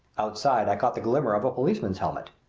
outside i caught the glimmer of a policeman's helmet.